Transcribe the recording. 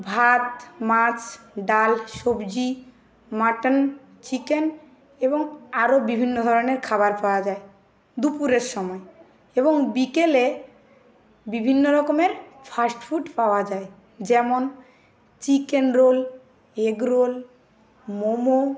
ভাত মাছ ডাল সবজি মাটন চিকেন এবং আরও বিভিন্ন ধরণের খাবার পাওয়া যায় দুপুরের সময় এবং বিকেলে বিভিন্নরকমের ফাস্ট ফুড পাওয়া যায় যেমন chicken roll egg roll momo